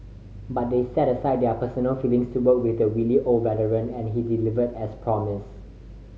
but they set aside their personal feelings to work with the wily old veteran and he delivered as promised